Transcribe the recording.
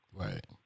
right